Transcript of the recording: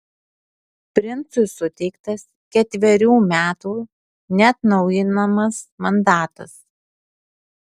princui suteiktas ketverių metų neatnaujinamas mandatas